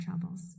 troubles